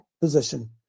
position